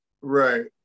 right